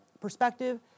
perspective